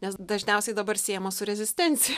nes dažniausiai dabar siejamos su rezistencija